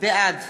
בעד